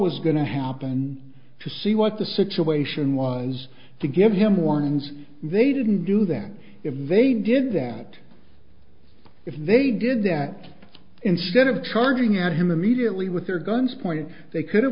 was going to happen to see what the situation was to give him warnings they didn't do that if they didn't if they did that instead of charging at him immediately with their guns pointed they couldn't